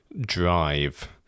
drive